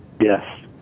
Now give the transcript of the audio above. Yes